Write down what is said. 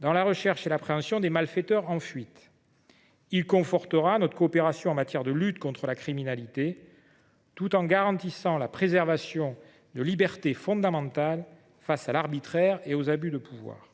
dans la recherche et l’appréhension des malfaiteurs en fuite. Il confortera notre coopération en matière de lutte contre la criminalité tout en garantissant la préservation de libertés fondamentales face à l’arbitraire et aux abus de pouvoir.